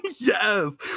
yes